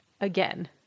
Again